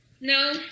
No